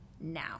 now